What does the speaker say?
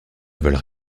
veulent